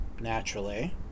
Naturally